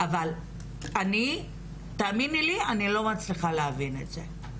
אבל אני, תאמיני לי, אני לא מצליחה להבין את זה.